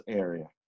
area